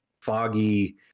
foggy